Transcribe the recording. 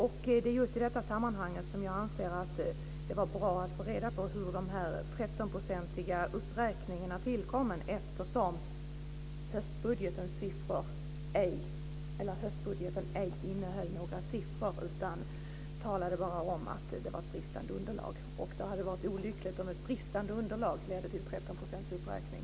Jag tycker att det i detta sammanhang var bra att få reda på hur de 13-procentiga uppräkningarna har tillkommit. Höstbudgeten innehöll ju ej några siffror utan angav bara att det fanns ett bristfälligt underlag. Det hade varit olyckligt om ett sådant underlag hade lett till 13 % uppräkning.